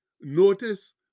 notice